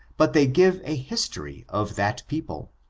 but they give a history of that people,